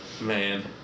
Man